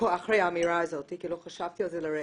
ברור שאחרי האמירה הזאת כי לא חשבתי על זה לרגע,